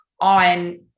on